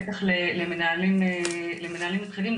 בטח למנהלים מתחילים,